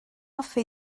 hoffi